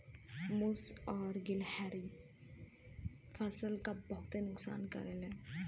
मुस और गिलहरी फसल क बहुत नुकसान करेले